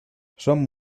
som